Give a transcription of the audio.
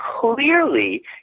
clearly